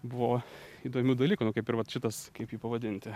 buvo įdomių dalykų nu kaip ir vat šitas kaip jį pavadinti